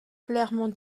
clairement